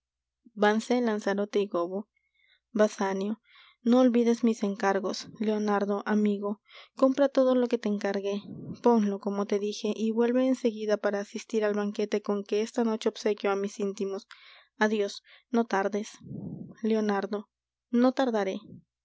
vanse lanzarote y gobbo basanio no olvides mis encargos leonardo amigo compra todo lo que te encargué ponlo como te dije y vuelve en seguida para asistir al banquete con que esta noche obsequio á mis íntimos adios no tardes leonardo no tardaré